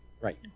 right